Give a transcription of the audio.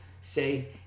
Say